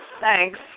Thanks